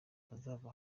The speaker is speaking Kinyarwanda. bazava